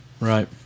Right